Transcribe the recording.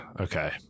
Okay